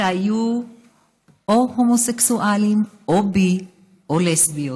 שהיו או הומוסקסואלים או בי או לסביות.